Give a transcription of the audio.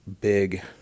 big